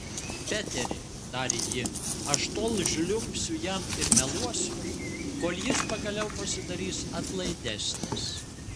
peteri tarė ji aš tol žliumbsiu jam ir meluosiu kol jis pagaliau pasidarys atlaidesnis